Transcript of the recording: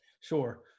Sure